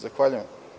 Zahvaljujem.